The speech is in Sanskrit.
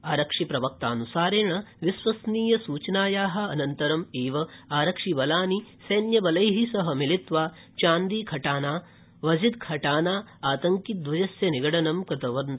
आरक्षिप्रवक्तानुसारेण विश्वसनीय सूचनाया अनन्तरम् एव आरक्षिबलानि सैन्यबलै सह मिलित्वा चांदी खटाना वजिदखटाना आतड्किद्वयस्य निगडनं कृतवन्त